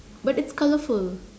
but it's colourful